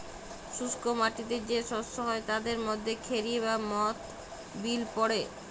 শুস্ক মাটিতে যে শস্য হ্যয় তাদের মধ্যে খেরি বা মথ বিল পড়ে